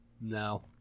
No